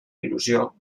il·lusió